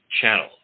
Channel